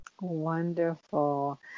Wonderful